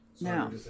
now